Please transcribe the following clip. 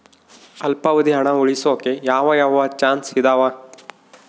ಅಲ್ಪಾವಧಿ ಹಣ ಉಳಿಸೋಕೆ ಯಾವ ಯಾವ ಚಾಯ್ಸ್ ಇದಾವ?